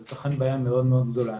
זאת אכן בעיה מאוד מאוד גדולה.